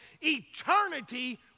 eternity